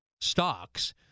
stocks